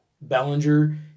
Bellinger